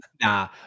Nah